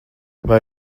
vai